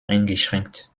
eingeschränkt